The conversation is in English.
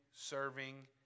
serving